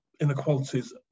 inequalities